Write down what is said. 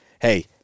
Hey